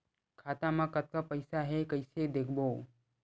खाता मा कतका पईसा हे कइसे देखबो?